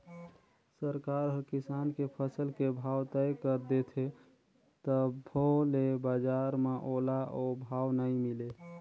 सरकार हर किसान के फसल के भाव तय कर देथे तभो ले बजार म ओला ओ भाव नइ मिले